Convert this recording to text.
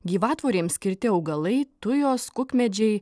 gyvatvorėms skirti augalai tujos kukmedžiai